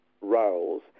roles